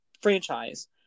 franchise